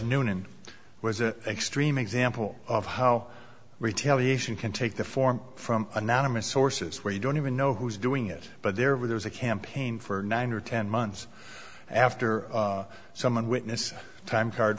noonan was an extreme example of how retaliation can take the form from anonymous sources where you don't even know who's doing it but there was a campaign for nine or ten months after someone witness time card